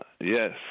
yes